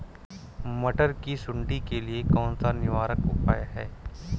मटर की सुंडी के लिए कौन सा निवारक उपाय है?